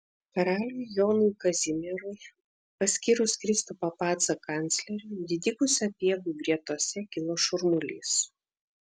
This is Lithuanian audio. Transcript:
karaliui jonui kazimierui paskyrus kristupą pacą kancleriu didikų sapiegų gretose kilo šurmulys